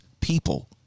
people